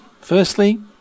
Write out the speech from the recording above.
Firstly